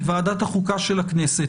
היא ועדת החוקה של הכנסת,